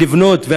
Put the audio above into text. ולבנות,